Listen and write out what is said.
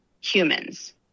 humans